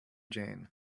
jane